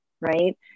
Right